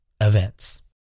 events